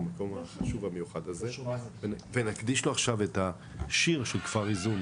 ובעצם מבין שאני חייב לקבל עזרה כי כל